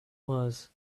was